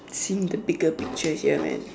seeing the bigger picture here man